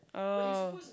oh